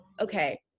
Okay